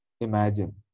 imagine